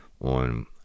on